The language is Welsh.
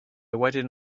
wedyn